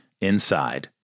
inside